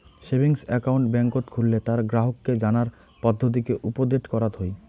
savings account বেংকত খুললে তার গ্রাহককে জানার পদ্ধতিকে উপদেট করাত হই